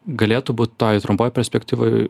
galėtų būt toj trumpoj perspektyvoj